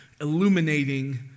illuminating